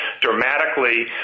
dramatically